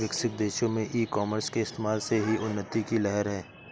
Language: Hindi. विकसित देशों में ई कॉमर्स के इस्तेमाल से ही उन्नति की लहर है